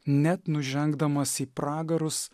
net nužengdamas į pragarus